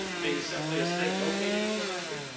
being simply a state-located university?